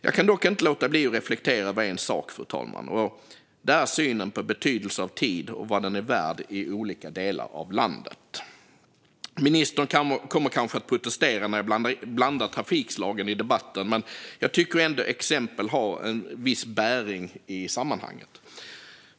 Jag kan dock inte låta bli att reflektera över en sak, fru talman, och det är synen på betydelse av tid och vad den är värd i olika delar av landet. Ministern kommer kanske att protestera när jag blandar trafikslagen i debatten, men jag tycker att exemplet har en viss bäring i sammanhanget.